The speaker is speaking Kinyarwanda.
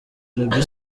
arabie